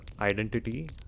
identity